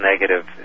negative